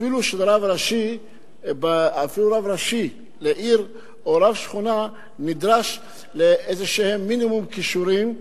אפילו מרב ראשי לעיר או מרב שכונה נדרשים מינימום כישורים,